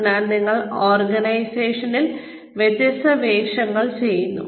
അതിനാൽ നിങ്ങൾ ഓർഗനൈസേഷനിൽ വ്യത്യസ്ത വേഷങ്ങൾ ചെയ്യുന്നു